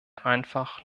einfach